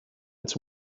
its